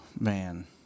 man